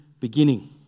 beginning